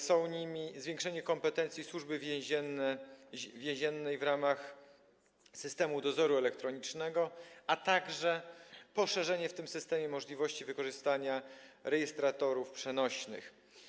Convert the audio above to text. Są nimi zwiększenie kompetencji Służby Więziennej w ramach systemu dozoru elektronicznego, a także poszerzenie w tym systemie możliwości wykorzystania rejestratorów przenośnych.